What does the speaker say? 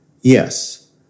Yes